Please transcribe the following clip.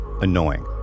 annoying